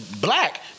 Black